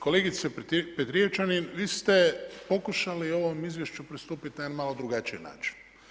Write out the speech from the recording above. Kolegice Petrijevčanin, vi ste pokušali u ovom izvješću pristupiti na jedan malo drugačiji način.